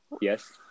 Yes